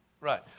Right